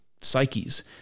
psyches